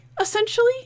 essentially